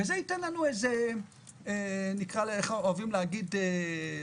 וזה ייתן לנו אנחנו אוהבים להגיד